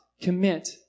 commit